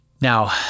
Now